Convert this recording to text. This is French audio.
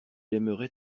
aimerait